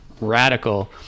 radical